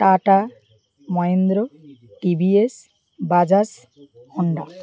tata Mahindra TVS Bajaj Honda